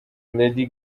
lady